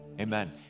amen